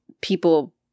people